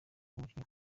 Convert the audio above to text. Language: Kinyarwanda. umukinnyi